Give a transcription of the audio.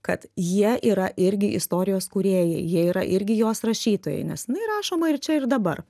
kad jie yra irgi istorijos kūrėjai jie yra irgi jos rašytojai nes jinai rašoma ir čia ir dabar